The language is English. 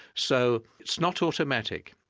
so it's not automatic.